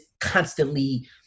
constantly